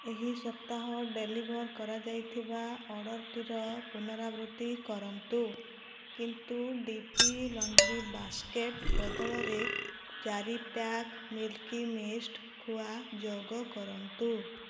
ଏହି ସପ୍ତାହ ଡେଲିଭର୍ କରାଯାଇଥିବା ଅର୍ଡ଼ର୍ଟିର ପୁନରାବୃତ୍ତି କରନ୍ତୁ କିନ୍ତୁ ଡି ପି ଲଣ୍ଡ୍ରି ବାସ୍କେଟ୍ ବଦଳରେ ଚାରି ପ୍ୟାକ୍ ମିଲ୍କି ମିଷ୍ଟ୍ ଖୁଆ ଯୋଗ କରନ୍ତୁ